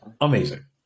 amazing